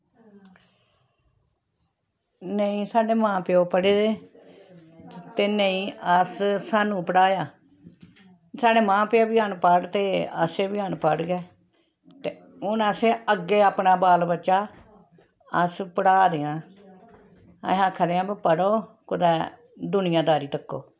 नेईं साढ़े मां प्यो पढ़े दे ते नेईं अस सानू पढ़ाया साढ़े मां प्यो बी अनपढ़ ते अस बी अनपढ़ गै ते हून असें अग्गें अपना बाल बच्चा अस पढ़ा दे आं ते अहें आक्खै दे आं कुदै पढ़ो ते दुनियादारी दिक्खो